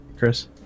Chris